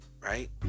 right